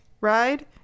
ride